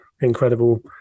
incredible